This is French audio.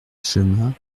chemin